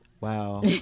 wow